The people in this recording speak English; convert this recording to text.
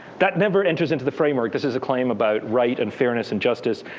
that never enters into the framework. this is a claim about right and fairness and justice.